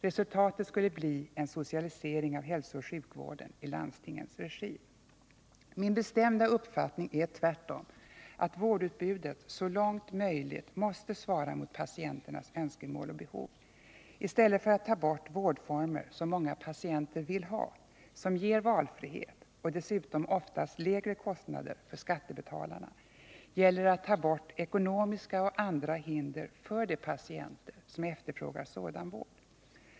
Resultatet skulle bli en socialisering av hälsooch sjukvården i landstingens regi. Min bestämda uppfattning är tvärtom att vårdutbudet så långt möjligt måste svara mot patienternas önskemål och behov. I stället för att ta bort vårdformer som många patienter vill ha som ger valfrihet och dessutom oftast lägre kostnader för skattebetalarna gäller det att ta bort ekonomiska och andra hinder för de patienter som efterfrågar sådan vård.